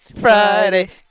Friday